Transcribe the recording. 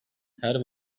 her